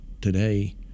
today